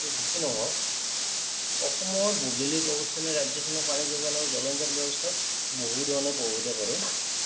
যি কি নহওক অসমৰ ভৌগোলিক অৱস্থান ৰাজ্যখনৰ পানী যোগানৰ জলসিঞ্চন ব্যৱস্থাক বহু ধৰণে প্ৰভাৱিত কৰে